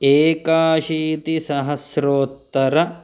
एकाशीतिसहस्रोत्तर